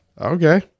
okay